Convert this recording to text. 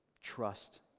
trust